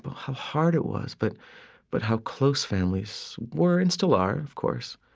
but how hard it was, but but how close families were and still are, of course